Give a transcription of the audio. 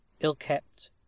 Ill-kept